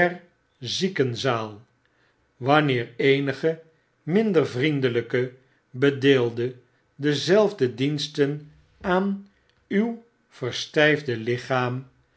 ziekenzaal wanneer eenige minder vriendelpe bedeelde dezelfde diensten aan uw verstjjfde lichaam